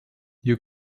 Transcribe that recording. you